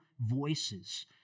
voices